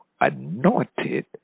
anointed